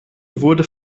wurde